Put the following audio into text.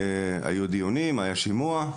היו דיונים ואחר כך שימוע,